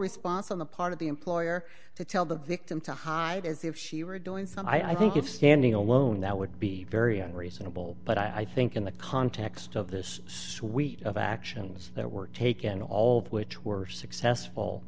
response on the part of the employer to tell the victim to hide as if she were doing so i think if standing alone that would be very unreasonable but i think in the context of this suite of actions that were taken all of which were successful